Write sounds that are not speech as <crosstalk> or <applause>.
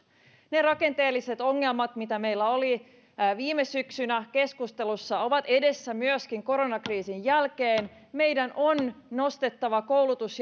ne rakenteelliset ongelmat mitä meillä oli viime syksynä keskustelussa ovat edessä myöskin koronakriisin jälkeen meidän on nostettava koulutus <unintelligible>